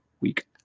week